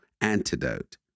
antidote